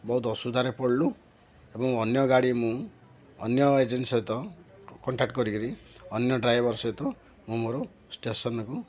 ବହୁତ ଅସୁବିଧାରେ ପଡ଼ିଲୁ ଏବଂ ଅନ୍ୟ ଗାଡ଼ି ମୁଁ ଅନ୍ୟ ଏଜେଣ୍ଟ୍ ସହିତ କଣ୍ଟାକ୍ଟ କରିକିରି ଅନ୍ୟ ଡ୍ରାଇଭର ସହିତ ମୁଁ ମୋର ଷ୍ଟେସନକୁ